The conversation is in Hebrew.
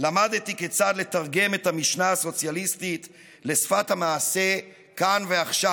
למדתי כיצד לתרגם את המשנה הסוציאליסטית לשפת המעשה כאן ועכשיו.